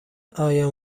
آیا